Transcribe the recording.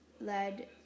led